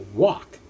walk